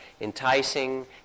enticing